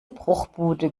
bruchbude